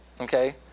Okay